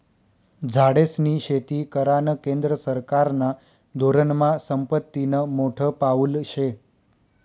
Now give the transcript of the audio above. झाडेस्नी शेती करानं केंद्र सरकारना धोरनमा संपत्तीनं मोठं पाऊल शे